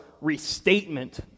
restatement